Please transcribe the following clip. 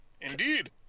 Indeed